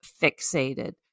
fixated